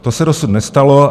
To se dosud nestalo.